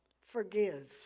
forgive